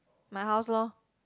my house lor